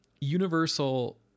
Universal